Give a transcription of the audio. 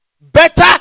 Better